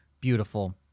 beautiful